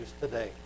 today